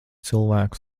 cilvēku